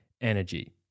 Energy